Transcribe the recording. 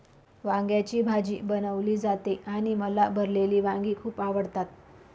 वांग्याची भाजी बनवली जाते आणि मला भरलेली वांगी खूप आवडतात